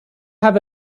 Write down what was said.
have